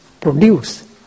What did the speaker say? produce